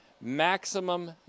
maximum